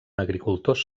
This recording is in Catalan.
agricultors